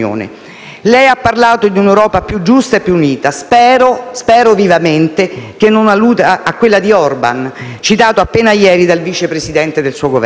lei ha parlato di un'Europa più giusta e unita. Spero vivamente che non alluda a quella di Orbán, citato appena ieri dal Vice Presidente del suo Governo.